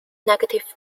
negative